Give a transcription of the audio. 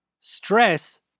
stress